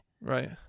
Right